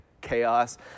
chaos